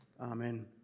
Amen